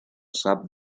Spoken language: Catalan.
sap